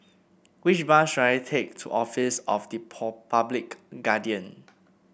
which bus should I take to Office of the Public Guardian